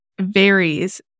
varies